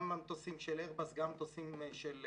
גם המטוסים של איירבוס וגם המטוסים של בואינג.